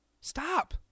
Stop